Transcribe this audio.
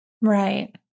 Right